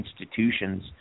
institutions